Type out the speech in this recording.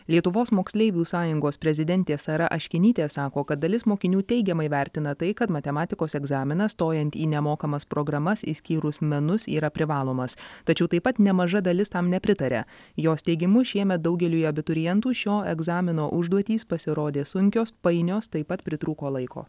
lietuvos moksleivių sąjungos prezidentė sara aškinytė sako kad dalis mokinių teigiamai vertina tai kad matematikos egzaminas stojant į nemokamas programas išskyrus menus yra privalomas tačiau taip pat nemaža dalis tam nepritaria jos teigimu šiemet daugeliui abiturientų šio egzamino užduotys pasirodė sunkios painios taip pat pritrūko laiko